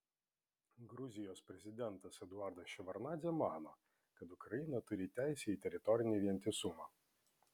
gruzijos prezidentas eduardas ševardnadzė mano kad ukraina turi teisę į teritorinį vientisumą